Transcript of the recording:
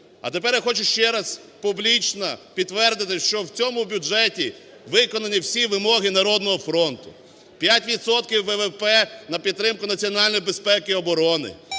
А тепер я хочу ще раз публічно підтвердити, що в цьому бюджеті виконані всі вимоги "Народного фронту": 5 відсотків ВВП на підтримку національної безпеки і оборони,